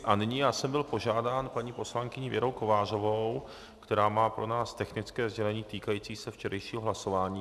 A nyní já jsem byl požádán paní poslankyní Věrou Kovářovou, která má pro nás technické sdělení týkající se včerejšího hlasování.